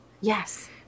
yes